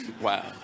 Wow